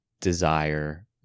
desire